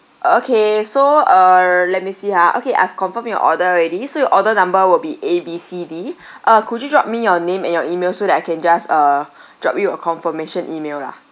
okay so uh let me see ha okay I've confirmed your order already so your order number would be A B C D uh could you drop me your name and your email so that I can just uh drop you a confirmation email lah